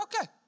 okay